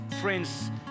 friends